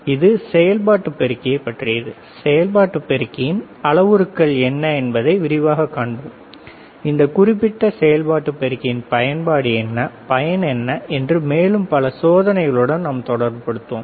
எனவே இது செயல்பாட்டு பெருக்கியைப் பற்றியது செயல்பாட்டு பெருக்கியின் அளவுருக்கள் என்ன என்பதை விரிவாகக் காண்போம் இந்த குறிப்பிட்ட செயல்பாட்டு பெருக்கியின் பயன்பாடு என்ன பயன் என்ன என்று மேலும் பல சோதனைகளுடன் நாம் தொடர்புபடுத்துவோம்